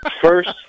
First